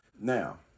Now